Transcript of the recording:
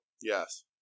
Yes